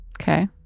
Okay